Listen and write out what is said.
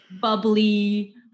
bubbly